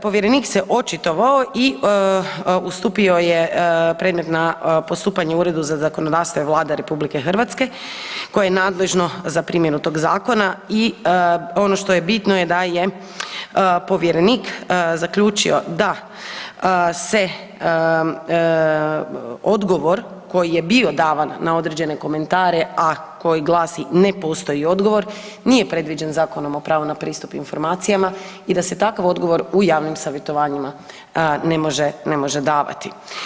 Povjerenik se očitovao i ustupio je predmet na postupanje Uredu za zakonodavstvo Vlade RH koje je nadležno za primjenu tog zakona i ono što je bitno da je povjerenik zaključio da se odgovor koji je bio davan na određene komentare, a koji glasi ne postoji odgovor nije predviđen Zakonom o pravu na pristup informacijama i da se takav odgovor u javnim savjetovanjima ne može davati.